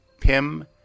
Pim